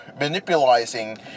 manipulating